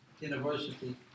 university